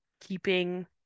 keeping